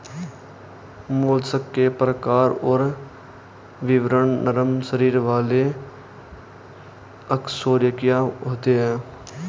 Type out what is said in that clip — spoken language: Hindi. मोलस्क के प्रकार और विवरण नरम शरीर वाले अकशेरूकीय होते हैं